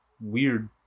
weird